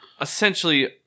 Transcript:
essentially